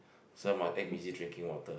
so must act busy drinking water